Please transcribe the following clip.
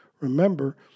Remember